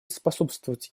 способствовать